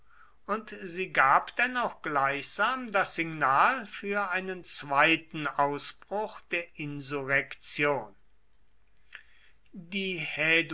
und sie gab denn auch gleichsam das signal für einen zweiten ausbruch der insurrektion die